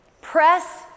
Press